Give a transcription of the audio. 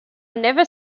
never